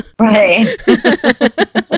Right